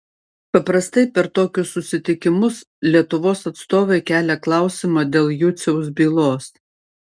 paprastai per tokius susitikimus lietuvos atstovai kelia klausimą dėl juciaus bylos